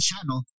channel